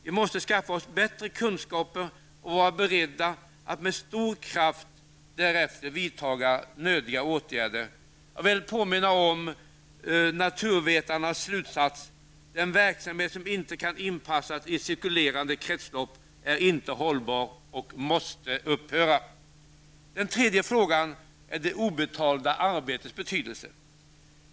Vi måste skaffa oss bättre kunskaper och vara beredda att därefter med stor kraft vidta nödvändiga åtgärder. Jag vill påminna om naturvetarnas slutsats: Den verksamhet som inte kan inpassas i ett cirkulerande kretslopp är inte hållbar och måste upphöra. Den tredje frågan jag vill ta upp är det obetalda arbetets betydelse.